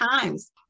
times